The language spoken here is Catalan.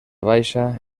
baixa